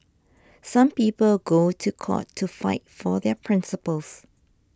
some people go to court to fight for their principles